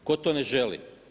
Tko to ne želi.